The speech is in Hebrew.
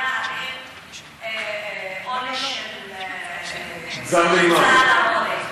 גם עליהם היה עונש של הוצאה להורג.